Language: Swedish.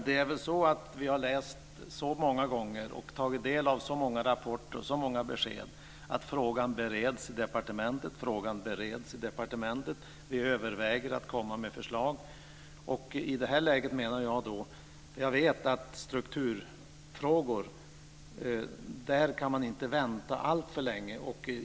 Herr talman! Vi har tagit del av så många rapporter och så många besked, och vi har läst så många gånger att frågan bereds i departementet och att man överväger att komma med förslag. Jag vet att man inte kan vänta alltför länge när det gäller strukturfrågor.